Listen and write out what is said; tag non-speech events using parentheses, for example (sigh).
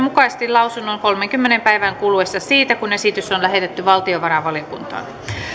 (unintelligible) mukaisesti lausunnon kolmenkymmenen päivän kuluessa siitä kun esitys on lähetetty valtiovarainvaliokuntaan